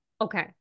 Okay